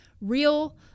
real